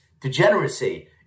degeneracy